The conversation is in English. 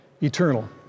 eternal